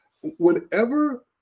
Whenever